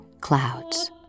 clouds